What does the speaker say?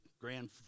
grand